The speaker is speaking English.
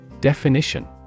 Definition